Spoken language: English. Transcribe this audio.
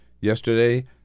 yesterday